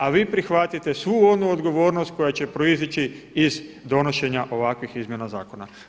A vi prihvatite svu onu odgovornost koja će proizaći iz donošenja ovakvih izmjena zakon.